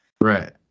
Right